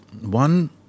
One